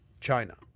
China